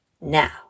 Now